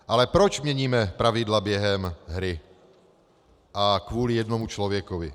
Ale proč měníme pravidla během hry a kvůli jednomu člověkovi?